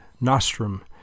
Nostrum